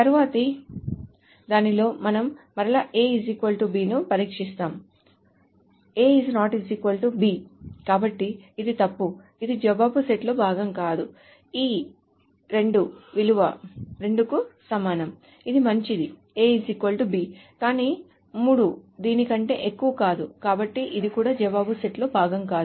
తరువాతి దానిలో మనం మరల AB ని పరీక్షిస్తాము కాదు కాబట్టి ఇది తప్పు ఇది జవాబు సెట్లో భాగం కాదు ఈ 2 విలువ 2 కు సమానం ఇది మంచిది AB కానీ 3 దీని కంటే ఎక్కువ కాదు కాబట్టి ఇది కూడా జవాబు సెట్లో భాగం కాదు